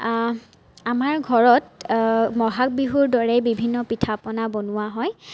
আমাৰ ঘৰত বহাগ বিহুৰ দৰেই বিভিন্ন পিঠা পনা বনোৱা হয়